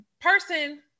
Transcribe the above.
person